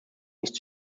nicht